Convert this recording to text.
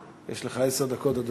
יש לך עשר דקות, אדוני.